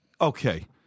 Okay